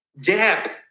Gap